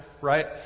right